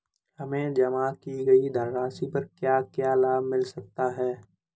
हमें जमा की गई धनराशि पर क्या क्या लाभ मिल सकता है?